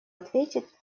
ответит